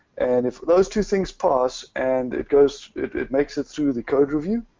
and if those two things pass, and it goes, it makes it through the code review,